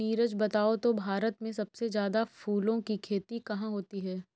नीरज बताओ तो भारत में सबसे ज्यादा फूलों की खेती कहां होती है?